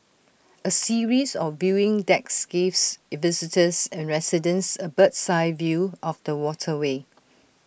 A series of viewing decks gives visitors and residents A bird's eye view of the waterway